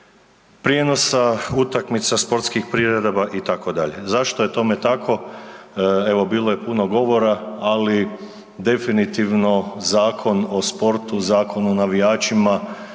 prijenosa utakmica, sportskih priredaba itd. Zašto je tome tako? Evo, bilo je puno govora, ali definitivno Zakon o sportu, Zakon o navijačima,